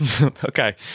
okay